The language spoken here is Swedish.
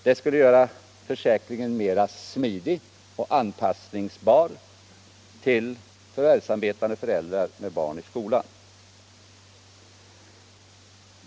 Det skulle göra försäkringen mer smidig och anpassningsbar till förvärvsarbetande föräldrar med barn i skolan.